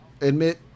admit